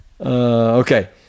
okay